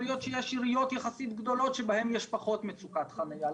להיות שיש עיריות יחסית גדולות שבהן יש פחות מצוקת חניה,